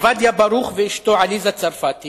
עובדיה ברוך ואשתו עליזה צרפתי